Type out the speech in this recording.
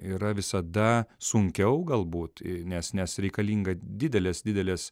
yra visada sunkiau galbūt nes nes reikalinga didelės didelės